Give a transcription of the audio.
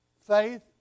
faith